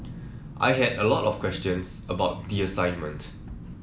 I had a lot of questions about the assignment